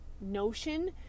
notion